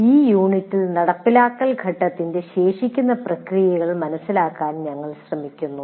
ഈ യൂണിറ്റിൽ നടപ്പിലാക്കൽ ഘട്ടത്തിന്റെ ശേഷിക്കുന്ന പ്രക്രിയകൾ മനസിലാക്കാൻ ഞങ്ങൾ ശ്രമിക്കുന്നു